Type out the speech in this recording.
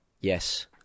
Yes